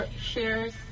shares